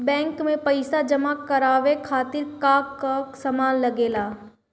Bank में पईसा जमा करवाये खातिर का का सामान लगेला?